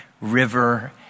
River